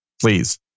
please